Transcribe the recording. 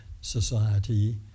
society